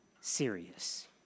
serious